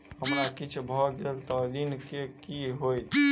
हमरा किछ भऽ गेल तऽ ऋण केँ की होइत?